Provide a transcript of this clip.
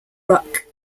ruck